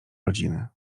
rodziny